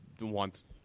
wants